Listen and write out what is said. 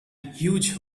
huge